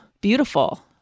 beautiful